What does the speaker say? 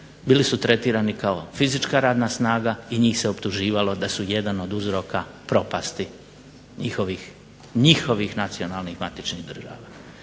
Bili su tretirani kao fizička radna snaga i njih se optuživalo da su jedan od uzroka propasti njihovih nacionalnih matičnih država.